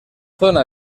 zona